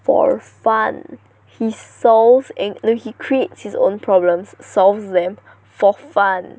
for fun he source no he creates his own problems solves them for fun